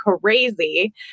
crazy